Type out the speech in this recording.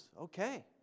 okay